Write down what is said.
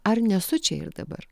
ar nesu čia ir dabar